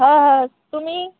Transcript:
हय हय तुमी